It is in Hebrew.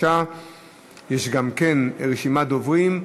יש גם רשימת דוברים.